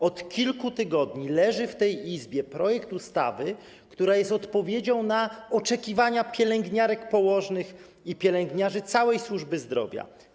Od kilku tygodni leży w tej Izbie projekt ustawy, która jest odpowiedzią na oczekiwania pielęgniarek, położnych i pielęgniarzy, całej służby zdrowia.